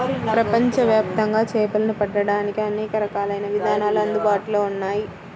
ప్రపంచవ్యాప్తంగా చేపలను పట్టడానికి అనేక రకాలైన విధానాలు అందుబాటులో ఉన్నాయి